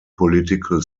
political